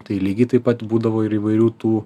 tai lygiai taip pat būdavo ir įvairių tų